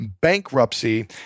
bankruptcy